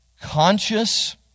conscious